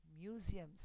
museums